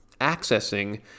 accessing